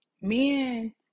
men